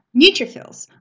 neutrophils